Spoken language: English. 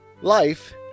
Life